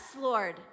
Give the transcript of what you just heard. Lord